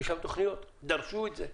יש להם תוכניות, דרשו את זה.